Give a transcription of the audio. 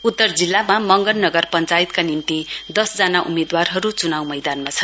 उत्तर जिल्लामा मंगन नगर पञ्चायतका निम्ति दस जना उम्मेदवारहरू चुनाउ मैदानमा छन्